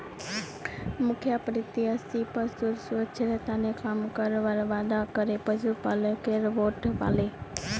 मुखिया प्रत्याशी पशुर स्वास्थ्येर तने काम करवार वादा करे पशुपालकेर वोट पाले